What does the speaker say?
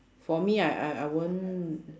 for me I I I won't